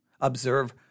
Observe